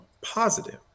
positive